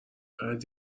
بعد